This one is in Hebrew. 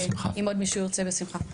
ואם עוד מישהו ירצה בשמחה.